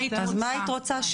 אז מה היית רוצה?